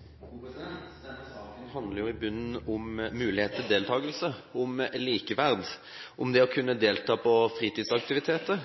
Denne saken handler i bunnen om mulighet til deltakelse, om likeverd, om å kunne delta på fritidsaktiviteter,